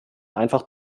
einfach